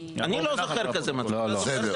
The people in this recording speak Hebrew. אני לא זוכר כזה מצב.